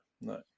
no